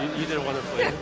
you did wonderfully.